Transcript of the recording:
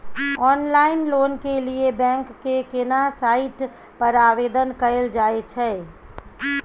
Online loan के लिए bank के केना साइट पर आवेदन कैल जाए छै?